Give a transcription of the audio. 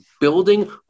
building